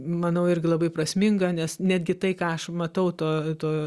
manau irgi labai prasminga nes netgi tai ką aš matau to to